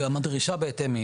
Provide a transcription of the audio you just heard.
גם הדרישה בהתאם,